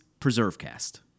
PreserveCast